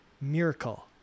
Miracle